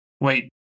Wait